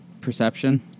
Perception